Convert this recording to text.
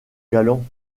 galant